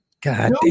Goddamn